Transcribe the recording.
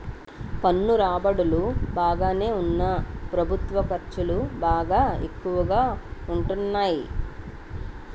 పన్ను రాబడులు బాగానే ఉన్నా ప్రభుత్వ ఖర్చులు బాగా ఎక్కువగా ఉంటాన్నాయి